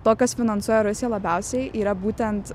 to kas finansuoja rusiją labiausiai yra būtent